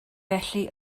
felly